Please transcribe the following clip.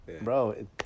bro